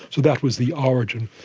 so that was the origin.